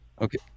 Okay